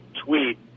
tweet